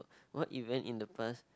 what event in the past